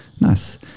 Nice